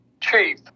chief